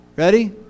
ready